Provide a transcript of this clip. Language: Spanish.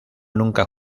nunca